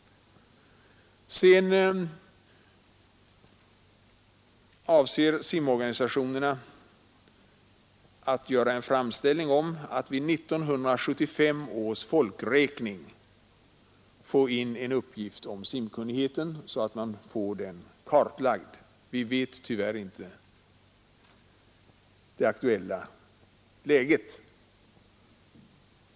Simorganisationerna avser att göra en framställning om att vid 1975 års folkräkning få in en uppgift om simkunnigheten så att man får denna kartlagd. Vi vet tyvärr ingenting om det aktuella läget.